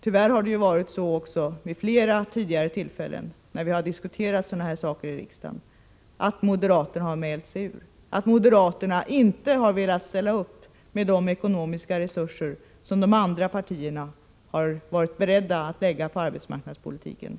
Tyvärr har det vid flera tillfällen när sådana här saker har diskuterats i riksdagen varit så att moderaterna inte har velat ställa upp med de ekonomiska resurser som de andra partierna har varit beredda att satsa på arbetsmarknadspolitiken.